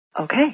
okay